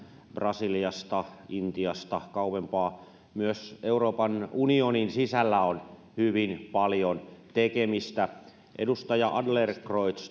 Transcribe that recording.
brasiliasta intiasta tai kauempaa myös euroopan unionin sisällä on hyvin paljon tekemistä edustaja adlercreutz